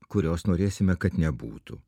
kurios norėsime kad nebūtų